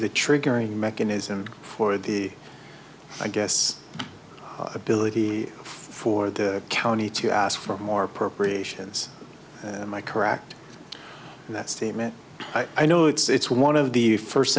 the triggering mechanism for the i guess ability for the county to ask for more appropriations and i correct that statement i know it's one of the first